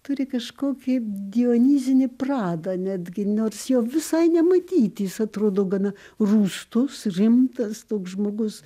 turi kažkokį dionizinį pradą netgi nors jo visai nematyti jis atrodo gana rūstus rimtas toks žmogus